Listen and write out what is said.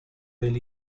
del